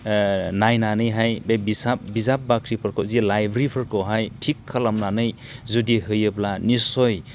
नायनानैहाय बे बिजाब बाख्रिफोरखौ जि लाइब्रिफोरखौहाय थिग खालामनानै जुदि होयोब्ला निस्सय